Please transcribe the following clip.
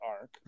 Arc